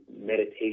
meditation